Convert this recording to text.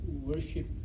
Worship